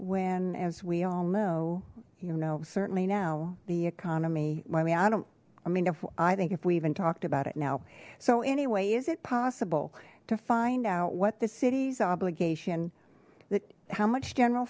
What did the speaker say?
when as we all know you know certainly now the economy i mean i don't i mean if i think if we even talked about it now so anyway is it possible to find out what the city's obligation that how much general